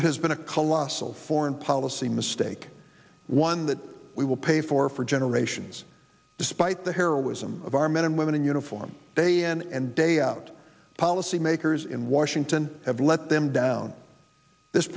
it has been a colossal foreign policy mistake one that we will pay for for generations despite the heroism of our men and women in uniform day in and day out policy makers in washington have let them down this